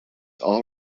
all